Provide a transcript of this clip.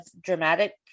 dramatic